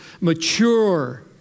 mature